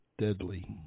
deadly